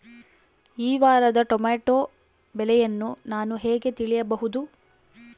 ಈ ವಾರದ ಟೊಮೆಟೊ ಬೆಲೆಯನ್ನು ನಾನು ಹೇಗೆ ತಿಳಿಯಬಹುದು?